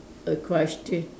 a question